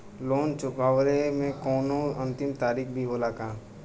Loan चुकवले के कौनो अंतिम तारीख भी होला का?